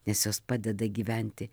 nes jos padeda gyventi